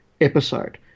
episode